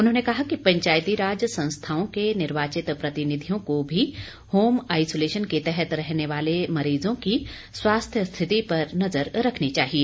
उन्होंने कहा कि पंचायतीराज संस्थाओं के निर्वाचित प्रतिनिधियों को भी होम आईसोलेशन के तहत रहने वाले मरीजों की स्वास्थ्य स्थिति पर नजर रखनी चाहिए